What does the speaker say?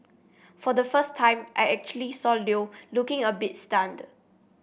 for the first time I actually saw Leo looking a bit stunned